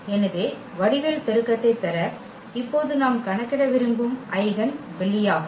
எனவே வடிவியல் பெருக்கத்தைப் பெற இப்போது நாம் கணக்கிட விரும்பும் ஐகென் வெளியாகும்